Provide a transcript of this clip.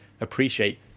appreciate